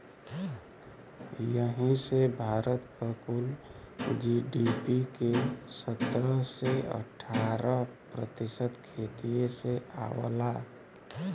यही से भारत क कुल जी.डी.पी के सत्रह से अठारह प्रतिशत खेतिए से आवला